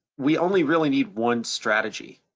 we only really need one strategy,